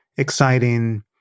Exciting